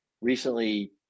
recently